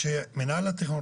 כשמינהל התכנון,